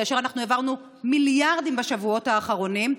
כאשר אנחנו העברנו מיליארדים בשבועות האחרונים?